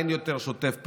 אין יותר שוטף פלוס,